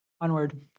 onward